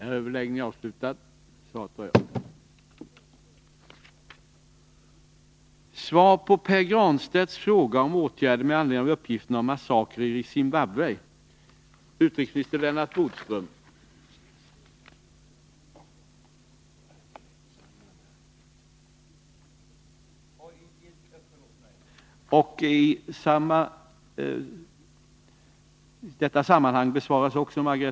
Rapporter om terror och brutala övergrepp mot civilbefolkningen i en del av Zimbabwe, Matabeleland, har nu nått en sådan omfattning och styrka att tillförlitligheten i uppgifterna inte kan betvivlas. Zimbabwe är ett av programländerna för svenskt bistånd. I budgetpropositionen föreslås landramen för Zimbabwe öka från 110 till 125 milj.kr. 2.